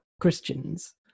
christians